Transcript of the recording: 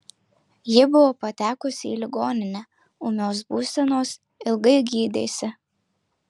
ji buvo patekusi į ligoninę ūmios būsenos ilgai gydėsi